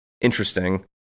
interesting